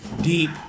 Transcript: deep